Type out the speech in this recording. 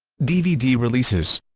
dvd releases